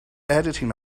editing